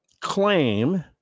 claim